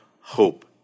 hope